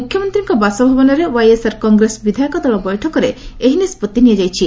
ମୁଖ୍ୟମନ୍ତ୍ରୀଙ୍କ ବାସଭବନରେ ୱାଇଏସ୍ଆର୍ କଂଗ୍ରେସ ବିଧାୟକ ଦଳ ବୈଠକରେ ଏହି ନିଷ୍କଭି ନିଆଯାଇଛି